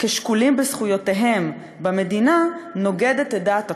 כשקולים בזכויותיהם במדינה נוגדת את דעת התורה,